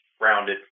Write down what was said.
rounded